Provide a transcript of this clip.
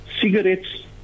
cigarettes